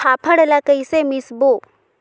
फाफण ला कइसे मिसबो?